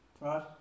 right